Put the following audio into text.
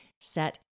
set